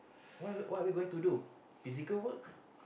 what are we what are we going to do physical work